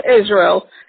Israel